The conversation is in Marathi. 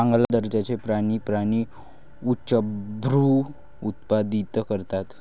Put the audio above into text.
चांगल्या दर्जाचे प्राणी प्राणी उच्चभ्रू उत्पादित करतात